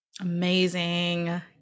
Amazing